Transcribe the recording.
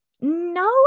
no